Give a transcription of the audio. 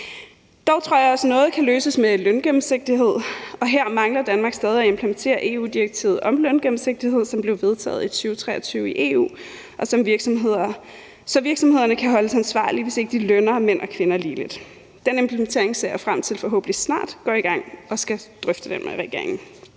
Dog tror jeg også, at noget kan løses med løngennemsigtighed, og her mangler Danmark stadig at implementere EU-direktivet om løngennemsigtighed, som blev vedtaget i 2023 i EU, så virksomhederne kan holdes ansvarlige, hvis ikke de lønner mænd og kvinder ligeligt. Den implementering ser jeg frem til vi forhåbentlig snart skal drøfte med regeringen.